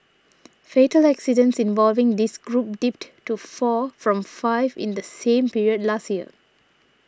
fatal accidents involving this group dipped to four from five in the same period last year